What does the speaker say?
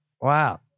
wow